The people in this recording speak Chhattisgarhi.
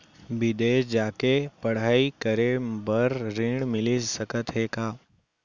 बिदेस जाके पढ़ई करे बर ऋण मिलिस सकत हे का?